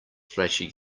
flashy